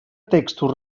textos